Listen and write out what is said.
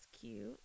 cute